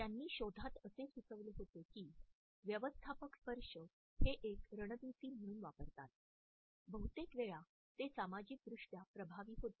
त्यांनी शोधात असे सुचवले होते की व्यवस्थापक स्पर्श हे एक रणनीती म्हणून वापरतात बहुतेक वेळा ते सामाजिकदृष्ट्या प्रभावी होते